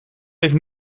heeft